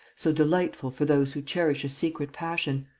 so delightful for those who cherish a secret passion,